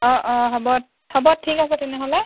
অঁ অঁ হ'ব হ'ব ঠিক আছে তেনেহ'লে